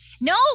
No